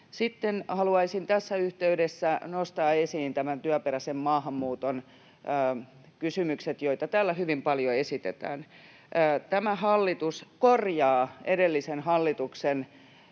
Sitten haluaisin tässä yhteydessä nostaa esiin työperäisen maahanmuuton kysymykset, joita täällä hyvin paljon esitetään. Tämä hallitus korjaa edellisen hallituksen